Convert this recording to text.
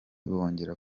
bongera